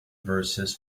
verses